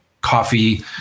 coffee